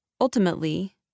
Ultimately